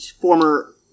former